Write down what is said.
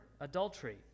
adultery